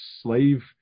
slave